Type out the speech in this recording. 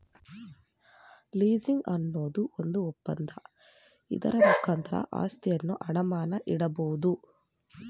leasing ಅನ್ನೋದು ಒಂದು ಒಪ್ಪಂದ, ಇದರ ಮುಖಾಂತರ ಆಸ್ತಿಯನ್ನು ಅಡಮಾನ ಇಡಬೋದು